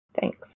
thanks